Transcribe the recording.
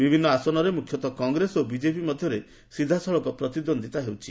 ବିଭିନ୍ନ ଆସନରେ ମୁଖ୍ୟତଃ କଂଗ୍ରେସ ଓ ବିଜେପି ମଧ୍ୟରେ ସିଧାସଳଖ ପ୍ରତିଦ୍ୱନ୍ଦ୍ୱିତା ହେଉଛି